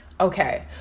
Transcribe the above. Okay